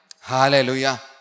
Hallelujah